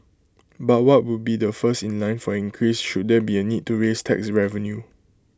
but what would be the first in line for an increase should there be A need to raise tax revenue